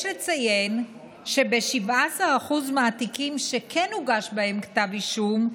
יש לציין שב-17% מהתיקים, שכן הוגש בהם כתב אישום,